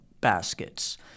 baskets